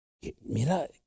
Mira